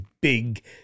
big